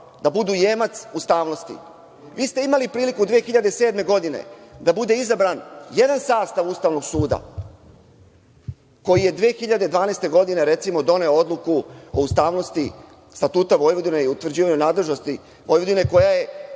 da budu jemac ustavnosti. Vi ste imali priliku 2007. godine da bude izabran jedan sastav Ustavnog suda koji je 2012. godine, recimo, doneo odluku o ustavnosti Statuta Vojvodine i utvrđivanju nadležnosti Vojvodine, koja je,